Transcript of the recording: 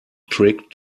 trick